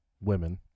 women